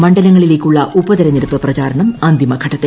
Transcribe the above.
മണ്ഡലങ്ങളിലേയ്ക്കുള്ള ഉപതിരഞ്ഞെടുപ്പ് പ്രചാരണം അന്തിമഘട്ടത്തിൽ